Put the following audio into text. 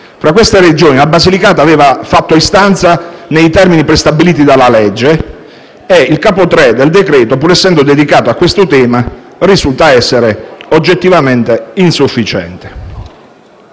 (fra queste, la Regione Basilicata aveva fatto istanza nei termini prestabiliti dalla legge). Il capo III nel decreto, pur essendo dedicato a questo tema, risulta oggettivamente insufficiente.